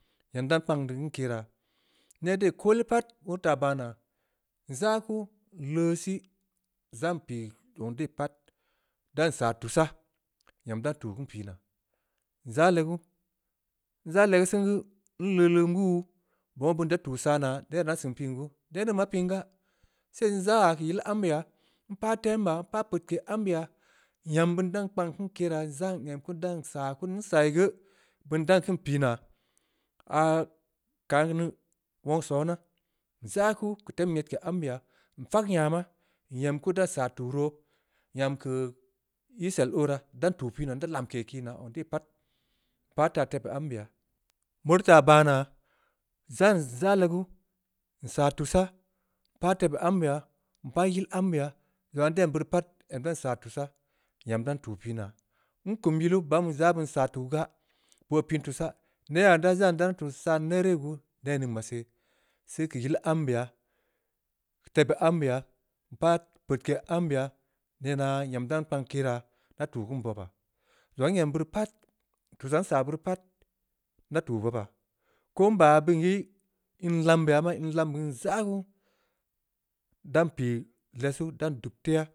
Nyam dan kpang deu keun keraa, neh de koole pat, beu teu baa naa, nzaa kuu, nleusii, nzaa npii zong de pat, dan sa tussah, nyam dan tuu keun pii naa, nzaa legu, nzaa legue sen geu, nleuleum wuu, bob nbeu beun daa tuu saa naa, nere dan seun pin gu? Neh ning maa pin gaa, sen nzaa keu yil ambeya, npa tem ya, npah peudke ambeyaa, nyam beun dan kpang keun keraa, nzaa em kuu, dan saa kuu, nyam beun dan keun pii naa, ahh kan deu, wong sona, nzaa kuu, keu tem nyedke ambeya, nfak nyama, nyem kuu, dan saa tuu roo, nyam keu iisel oo raa, dan tuu pii naa, nda lamke kinaa, zong de pat, npah taa, tebeu ambeya, meu rii taa baa naa, nzz-nzaa legu, nsaa tussah, npah tebeu ambeya, npah yil ambeya, zongha nteu em beurii pat, em dan saa tuu saa, nyam dan tuu pii naa, nkum yilu, bann beu zaa beun saa tuu gaa, boo pin tussaaa, neh aah zaa dan tuu saa deu nere gu? Neh ning maa she, sei keu yil ambeya, keu tebeu ambeya, npah peudke ambeya, nenaa nyam dan kpang keraa, nda tuu keun bobaa, zongha n’em beuri pat, tussah nsaa beuri pat, nda tuu bobaa, ko nbaa yaa beun ii, in lambeya ye. aa, in lambeya maa nza kuu, ndan pii lessu, ndan dub teya.